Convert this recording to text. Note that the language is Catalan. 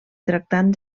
tractant